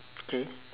okay